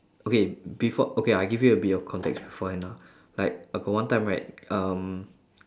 okay before okay I give you a bit of context beforehand ah like I got one time right um